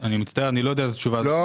אני מצטער, אני לא יודע את התשובה הזאת מראש.